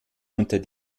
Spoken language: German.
unter